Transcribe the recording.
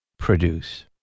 Produce